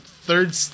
third